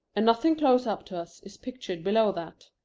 and nothing close up to us is pictured below that.